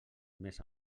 més